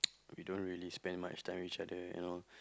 we don't really spend much time with each other and all